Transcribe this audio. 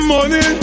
Money